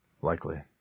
Likely